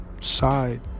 side